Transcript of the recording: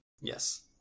Yes